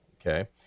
okay